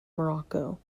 morocco